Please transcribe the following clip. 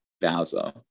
Bowser